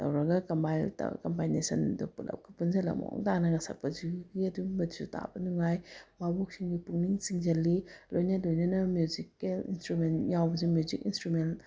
ꯇꯧꯔꯒ ꯀꯃꯥꯏꯅ ꯇꯧꯔ ꯀꯝꯕꯥꯏꯟꯅꯦꯁꯟꯗꯨ ꯄꯨꯜꯂꯞꯀ ꯄꯨꯟꯁꯤꯜꯂꯒ ꯃꯑꯣꯡꯇꯥꯅꯒ ꯁꯛꯄꯁꯤꯁꯨ ꯑꯗꯨꯝꯕꯁꯨ ꯇꯥꯕ ꯅꯨꯡꯉꯥꯏ ꯕꯥꯕꯣꯛꯁꯤꯡꯒꯤ ꯄꯨꯛꯅꯤꯡ ꯆꯤꯡꯁꯤꯜꯂꯤ ꯂꯣꯏꯅ ꯂꯣꯏꯅꯅ ꯃ꯭ꯌꯨꯖꯤꯛꯀꯦꯜ ꯏꯟꯁꯇ꯭ꯔꯨꯃꯦꯟ ꯌꯥꯎꯕꯁꯦ ꯃ꯭ꯌꯨꯖꯤꯛ ꯏꯟꯁꯇ꯭ꯔꯨꯃꯦꯟ